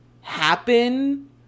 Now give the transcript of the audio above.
happen